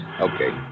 okay